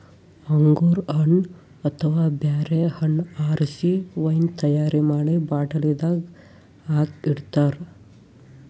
ಅಂಗೂರ್ ಹಣ್ಣ್ ಅಥವಾ ಬ್ಯಾರೆ ಹಣ್ಣ್ ಆರಸಿ ವೈನ್ ತೈಯಾರ್ ಮಾಡಿ ಬಾಟ್ಲಿದಾಗ್ ಹಾಕಿ ಇಡ್ತಾರ